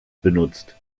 benutzt